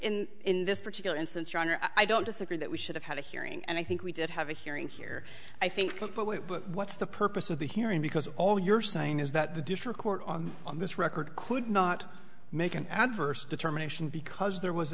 in in this particular instance your honor i don't disagree that we should have had a hearing and i think we did have a hearing here i think what's the purpose of the hearing because all you're saying is that the district court on on this record could not make an adverse determination because there was